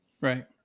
right